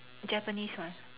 Japanese one